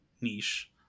niche